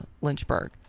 lynchburg